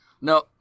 No